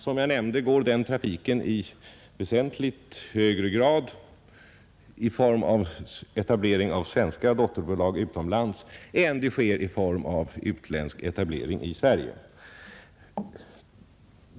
Som jag nämnde består den trafiken i väsentligt högre grad av svenska etableringar utomlands än av utländska etableringar i Sverige.